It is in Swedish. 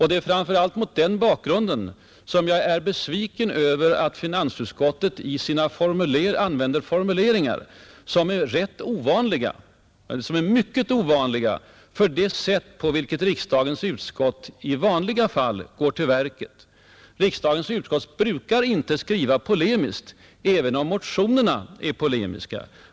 Det är framför allt mot den bakgrunden som jag är besviken över att finansutskottet använder formuleringar som är rätt ovanliga — eller mycket ovanliga — för riksdagens utskott i vanliga fall. Riksdagens utskott brukar inte skriva polemiskt, även om motionerna är polemiska.